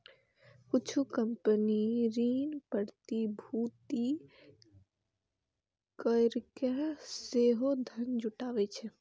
किछु कंपनी ऋण प्रतिभूति कैरके सेहो धन जुटाबै छै